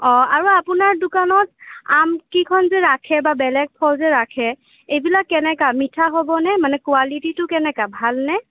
অঁ আৰু আপোনাৰ দোকানত আম কিখন যে ৰাখে বা বেলেগ ফল যে ৰাখে এইবিলাক কেনেকুৱা মিঠা হ'বনে মানে কোৱালিটীটো কেনেকুৱা ভালনে